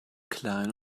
klein